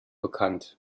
bekannt